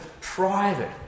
private